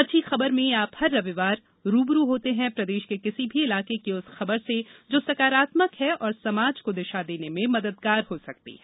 अच्छी खबर में आप हर रविवार रू ब रू होते हैं प्रदेश के किसी भी इलाके की उस खबर से जो सकारात्मक है और समाज को दिशा देने में मददगार हो सकती है